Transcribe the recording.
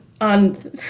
on